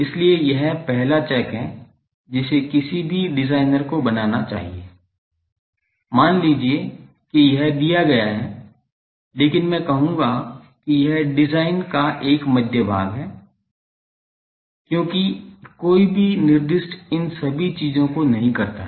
इसलिए यह पहला चेक है जिसे किसी भी डिजाइनर को बनाना चाहिए मान लीजिए कि यह दिया गया है लेकिन मैं कहूंगा कि यह डिजाइन का एक मध्य भाग है क्योंकि कोई भी निर्दिष्ट इन सभी चीजों को नहीं करता है